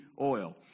oil